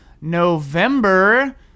November